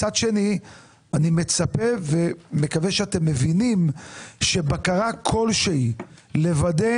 מצד שני אני מצפה ומקווה שאתם מבינים שבקרה כלשהי לוודא